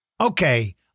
Okay